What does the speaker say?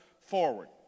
forward